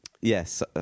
Yes